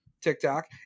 TikTok